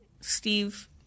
Steve